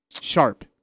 Sharp